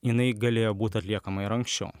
jinai galėjo būt atliekama ir anksčiau